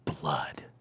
blood